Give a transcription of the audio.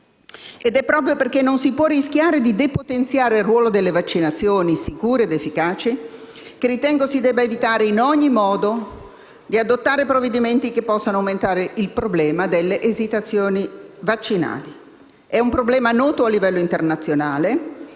Proprio perché non si può rischiare di depotenziare il ruolo delle vaccinazioni sicure ed efficaci ritengo si debba evitare in ogni modo di adottare provvedimenti che possano aumentare il problema delle esitazioni vaccinali, che è noto a livello internazionale.